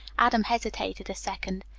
adam hesitated a second.